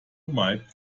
might